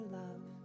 love